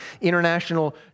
international